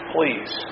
Please